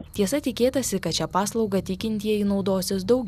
tiesa tikėtasi kad šia paslauga tikintieji naudosis daugiau